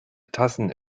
tassen